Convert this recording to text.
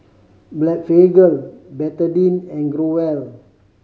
Blephagel Betadine and Growell